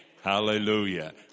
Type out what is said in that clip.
Hallelujah